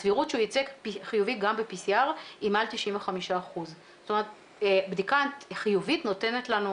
הסבירות שהוא ייצא חיובי גם ב-PCR היא מעל 95%. בדיקה חיובית נותנת לנו